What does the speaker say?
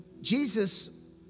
Jesus